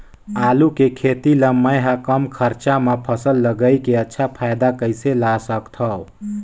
आलू के खेती ला मै ह कम खरचा मा फसल ला लगई के अच्छा फायदा कइसे ला सकथव?